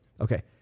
Okay